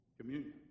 communion